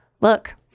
Look